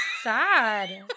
sad